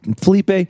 Felipe